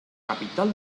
capital